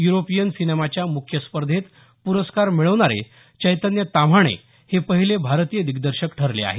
European सिनेमाच्या मुख्य स्पर्धेत पुरस्कार मिळवणारे चैतन्य ताम्हाणे हे पहिले भारतीय दिग्दर्शक ठरले आहेत